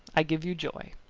i give you joy!